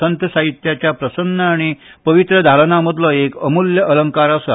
संत साहित्याच्या प्रसन्न आनी पवित्र दालना मदलो एक अमुल्य अलंकार आसा